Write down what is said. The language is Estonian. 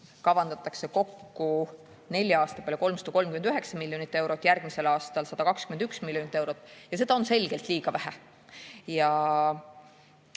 kavandatakse kokku nelja aasta peale 339 miljonit eurot, järgmisel aastal 121 miljonit eurot. Seda on selgelt liiga vähe.